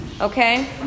Okay